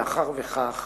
מאחר שכך,